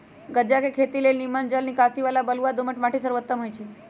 गञजा के खेती के लेल निम्मन जल निकासी बला बलुआ दोमट माटि सर्वोत्तम होइ छइ